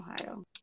ohio